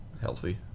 healthy